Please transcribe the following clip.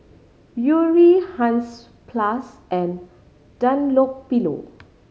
Yuri Hansaplast and Dunlopillo